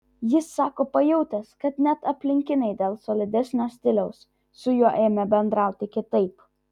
jis sako pajautęs kad net aplinkiniai dėl solidesnio stiliaus su juo ėmė bendrauti kitaip